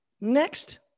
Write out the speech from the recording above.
next